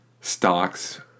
stocks